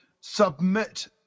submit